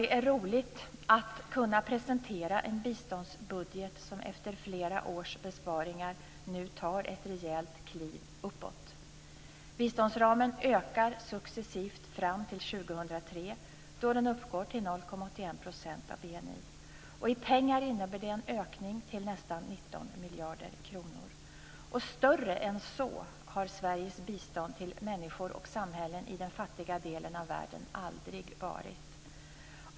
Det är roligt att kunna presentera en biståndsbudget som efter flera års besparingar nu tar ett rejält kliv uppåt. Biståndsramen ökar successivt fram till 2003, då den uppgår till 0,81 % av BNI. I pengar innebär det en ökning till nästan 19 miljarder kronor. Större än så har Sveriges bistånd till människor och samhällen i den fattiga delen av världen aldrig varit.